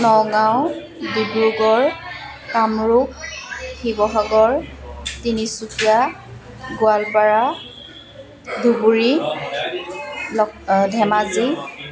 নগাঁও ডিব্ৰুগড় কামৰূপ শিৱসাগৰ তিনিচুকীয়া গোৱালপাৰা ধুবুৰী লক ধেমাজি